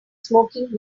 smoking